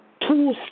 two